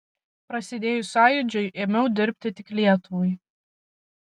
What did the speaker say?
prasidėjus sąjūdžiui ėmiau dirbti tik lietuvai